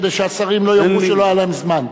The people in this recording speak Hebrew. כדי שהשרים לא יאמרו שלא היה להם זמן.